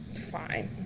Fine